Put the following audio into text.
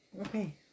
Okay